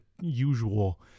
usual